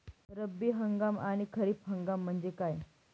रब्बी हंगाम आणि खरीप हंगाम म्हणजे काय?